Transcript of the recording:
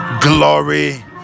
glory